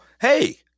Hey